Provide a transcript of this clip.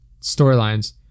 storylines